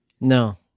No